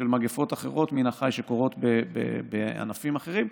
של מגפות אחרות מן החי שקורות בענפים אחרים,